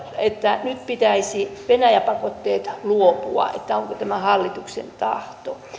että nyt pitäisi venäjä pakotteista luopua onko tämä hallituksen tahto